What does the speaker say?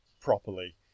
properly